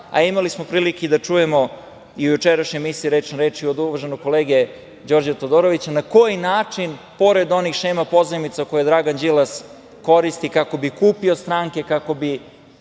građana. Imali smo prilike da čujemo i u jučerašnjoj emisiji „Reč na reč“ od uvaženog kolege Đorđa Todorovića na koji način, pored onih šema pozajmica koje Dragan Đilas koristi kako bi kupio stranke, kako bi